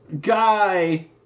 guy